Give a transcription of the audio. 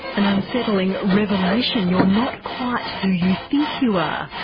an unsettling revelation you're not quite who you think you are.